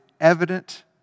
evident